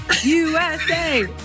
USA